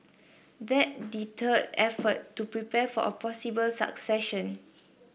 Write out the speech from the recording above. that deterred efforts to prepare for a possible succession